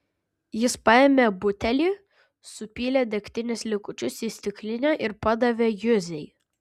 jis paėmė butelį supylė degtinės likučius į stiklinę ir padavė juzei